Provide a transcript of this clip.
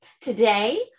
Today